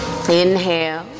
Inhale